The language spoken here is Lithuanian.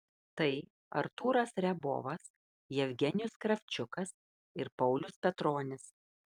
tai artūras riabovas jevgenijus kravčiukas ir paulius petronis